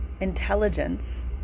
intelligence